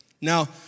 Now